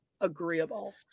agreeable